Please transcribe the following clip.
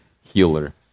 healer